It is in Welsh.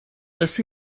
des